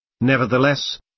Nevertheless